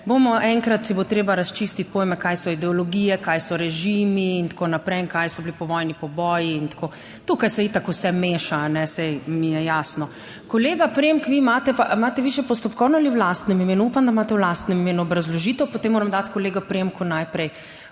enkrat si bo treba razčistiti pojme, kaj so ideologije, kaj so režimi in tako naprej in kaj so bili povojni poboji in tako, tukaj se itak vse meša, saj mi je jasno. Kolega Premk, vi imate pa, imate vi še postopkovno ali v lastnem imenu? Upam, da imate v lastnem imenu obrazložitev, potem moram dati kolega Premku najprej